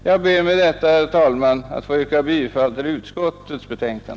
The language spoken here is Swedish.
Jag ber med detta, herr talman, att få yrka bifall till utskottets hemställan.